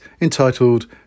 entitled